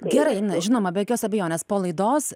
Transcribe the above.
gerai žinoma be jokios abejonės po laidos